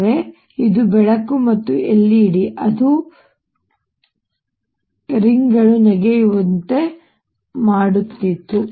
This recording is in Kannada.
ಆದರೆ ಇದು ಬೆಳಕು ಮತ್ತು ಎಲ್ಇಡಿ ಅದು ರಿಂಗಗಳು ನೆಗೆಯುವಂತೆ ಮಾಡುತ್ತಿತ್ತು